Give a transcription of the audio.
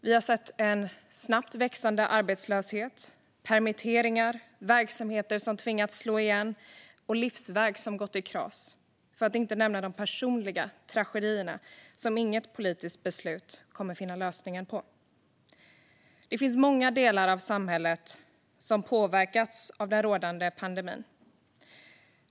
Vi har sett en snabbt växande arbetslöshet, permitteringar, verksamheter som tvingats slå igen och livsverk som gått i kras, för att inte nämna de personliga tragedier som inget politiskt beslut kommer att finna lösningen på. Det finns många delar av samhället som har påverkats av den rådande pandemin.